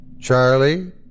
Charlie